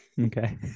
okay